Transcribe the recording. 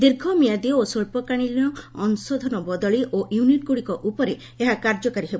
ଦୀର୍ଘ ମିଆଦି ଓ ସ୍ୱଚ୍ଚକାଳୀନ ଅଂଶଧନ ବଦଳି ଓ ୟୁନିଟ୍ଗୁଡ଼ିକ ଉପରେ ଏହା କାର୍ଯ୍ୟକାରୀ ହେବ